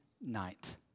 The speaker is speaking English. Night